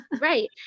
right